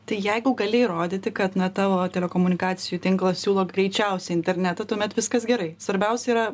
tai jeigu gali įrodyti kad na tavo telekomunikacijų tinklas siūlo greičiausią internetą tuomet viskas gerai svarbiausia yra